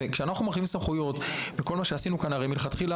כשאנחנו מרחיבים סמכויות והרי כל מה שעשינו כאן מלכתחילה,